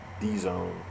D-Zone